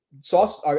Sauce –